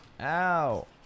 Ow